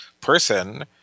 person